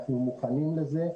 אנחנו מוכנים לזה.